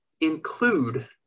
include